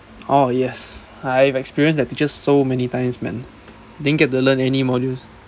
oh yes I have experience that teachers so many times man didn't get to learn any modules